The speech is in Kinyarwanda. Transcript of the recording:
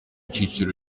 cicaro